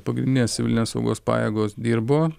pagrindinės civilinės saugos pajėgos dirbo